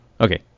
Okay